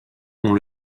ont